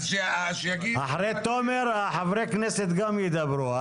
אחרי תומר, חברי הכנסת ידברו.